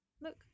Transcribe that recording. look